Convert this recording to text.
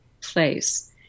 place